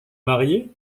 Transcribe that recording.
marier